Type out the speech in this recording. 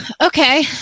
Okay